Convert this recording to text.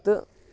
تہٕ